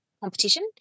competition